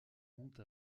montent